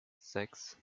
sechs